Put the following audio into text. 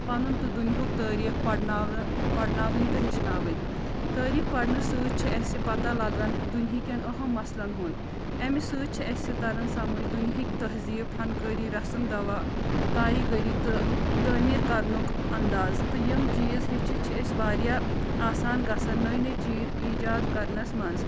پَنُن تہٕ دُنہیُک تٲریٖخ پَرناونہٕ پَرناوٕنۍ تہٕ ہیٚچھناوٕنۍ تٲریٖخ پَڑنہٕ سۭتۍ چھِ اَسہِ پَتہ لَگان دُنہِکٮ۪ن اَہَم مَسلَن ہُنٛد اَمہِ سۭتۍ چھِ اَسہِ تَران سَمٕج دُنہِکۍ تہزیٖب فَنکٲری رَسٕم دَوا کاری گٔری تہٕ تعٲمیٖر کَرنُک اَنداز تہٕ یِم چیٖز ہیٚچھِتھ چھِ أسۍ واریاہ آسان گژھن نٔے نٔے چیٖد ایٖجاد کَرنَس منٛز